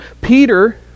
Peter